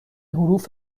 حروف